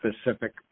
specific